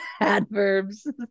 adverbs